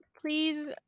please